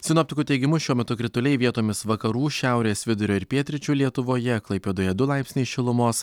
sinoptikų teigimu šiuo metu krituliai vietomis vakarų šiaurės vidurio ir pietryčių lietuvoje klaipėdoje du laipsniai šilumos